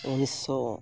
ᱩᱱᱤᱥᱥᱚ